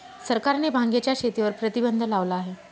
सरकारने भांगेच्या शेतीवर प्रतिबंध लावला आहे